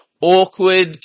awkward